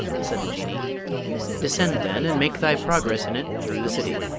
said the jinnee descend then, and make thy progress in it through the city.